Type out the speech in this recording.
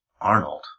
Arnold